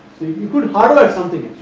you could hardware something